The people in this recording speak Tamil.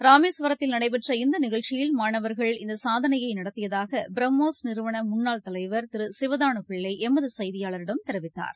ராமேஸ்வரத்தில் நடைபெற்ற இந்தநிகழ்ச்சியில் மாணவர்கள் இந்தசாதளையநடத்தியதாகபிரம்மோஸ் நிறுவனமுன்னாள் தலைவர் திருசிவதானுபிள்ளைஎமதசெய்தியாளரிடம் தெரிவித்தார்